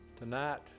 tonight